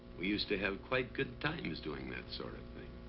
we used to have quite good times doing that sort of thing.